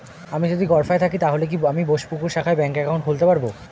আমি যদি গরফায়ে থাকি তাহলে কি আমি বোসপুকুরের শাখায় ব্যঙ্ক একাউন্ট খুলতে পারবো?